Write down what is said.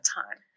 time